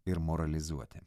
ir moralizuoti